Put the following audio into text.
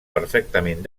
perfectament